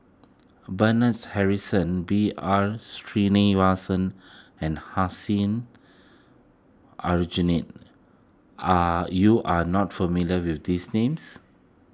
Bernard Harrison B R Sreenivasan and Hussein Aljunied are you are not familiar with these names